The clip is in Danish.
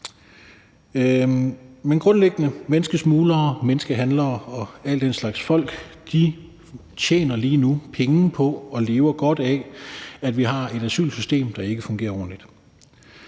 Grundlæggende tjener menneskesmuglere, menneskehandlere og alle den slags folk lige nu penge på og lever godt af, at vi har et asylsystem, der ikke fungerer ordentligt,